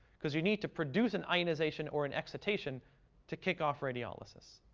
because you need to produce an ionization or an excitation to kick off radiolysis.